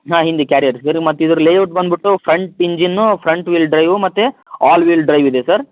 ಹಾಂ ಹಿಂದೆ carrier ಮತ್ತಿದ್ರ layout ಬಂದ್ಬಿಟ್ಟು front engine front wheel drive ಮತ್ತು ಆಲ್ ವೀಲ್ ಡ್ರೈವ್ ಇದೆ ಸರ್